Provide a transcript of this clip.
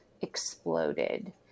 exploded